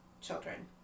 children